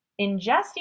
ingesting